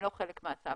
הגענו לסעיף 2(ד).